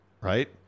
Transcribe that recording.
right